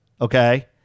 okay